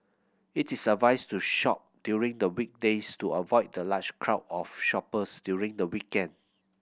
it is advised to shop during the weekdays to avoid the large crowd of shoppers during the weekend